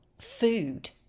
food